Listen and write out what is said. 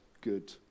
good